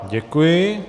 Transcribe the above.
Děkuji.